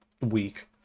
week